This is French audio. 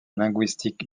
linguistique